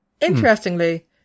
Interestingly